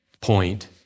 point